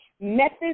methods